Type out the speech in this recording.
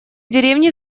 деревни